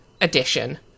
edition